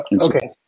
Okay